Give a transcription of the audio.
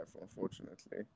unfortunately